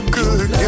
good